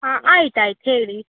ಹಾಂ ಆಯ್ತು ಆಯ್ತು ಹೇಳಿ